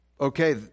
okay